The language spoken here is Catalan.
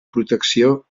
protecció